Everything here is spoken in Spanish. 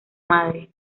madre